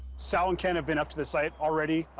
sal and ken have been up to the site already.